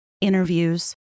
interviews